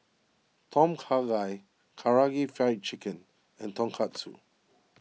Tom Kha Gai Karaage Fried Chicken and Tonkatsu